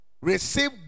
Receive